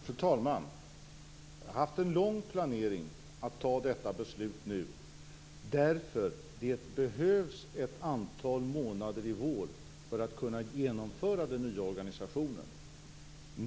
Fru talman! Jag har haft en lång planering inför fattandet av detta beslut nu, eftersom det behövs ett antal månader i vår för att kunna genomföra den nya organisationen.